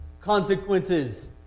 consequences